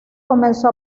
comenzó